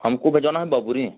हमको भी जाना है बाबूरी